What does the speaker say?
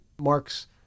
marks